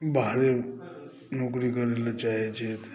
बाहरे नौकरी करय लेल चाहैत छथि